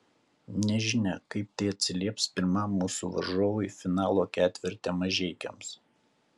nežinia kaip tai atsilieps pirmam mūsų varžovui finalo ketverte mažeikiams